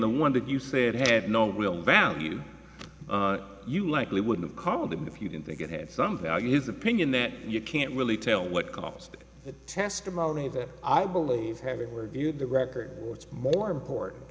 the one that you said had no real value you likely would have called him if you didn't think it had some value his opinion that you can't really tell what caused that testimony that i believe having were viewed the record what's more important